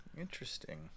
Interesting